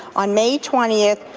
on may twentieth,